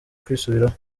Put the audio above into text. kwisubiraho